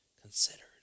Considered